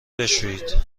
بشویید